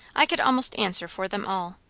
i could almost answer for them all.